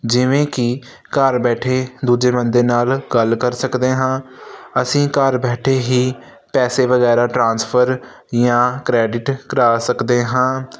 ਜਿਵੇਂ ਕਿ ਘਰ ਬੈਠੇ ਦੂਜੇ ਬੰਦੇ ਨਾਲ ਗੱਲ ਕਰ ਸਕਦੇ ਹਾਂ ਅਸੀਂ ਪਰ ਬੈਠੇ ਹੀ ਪੈਸੇ ਵਗੈਰਾ ਟਰਾਂਸਫਰ ਜਾਂ ਕ੍ਰੈਡਿਟ ਕਰਾ ਸਕਦੇ ਹਾਂ